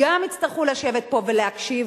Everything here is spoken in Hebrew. גם יצטרכו לשבת פה ולהקשיב,